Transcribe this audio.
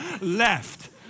left